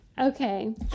Okay